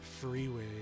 freeway